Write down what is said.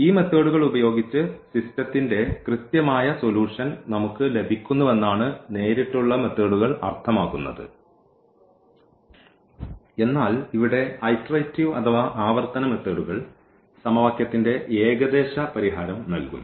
ഈ മെത്തേഡ്കൾ ഉപയോഗിച്ച് സിസ്റ്റത്തിന്റെ കൃത്യമായ സൊലൂഷൻ നമുക്ക് ലഭിക്കുന്നുവെന്നാണ് നേരിട്ടുള്ള മെത്തേഡ്കൾ അർത്ഥമാക്കുന്നത് എന്നാൽ ഇവിടെ ഐറ്ററേറ്റിവ് അഥവാ ആവർത്തന മെത്തേഡ്കൾ സമവാക്യത്തിന്റെ ഏകദേശ പരിഹാരം നൽകുന്നു